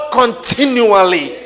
continually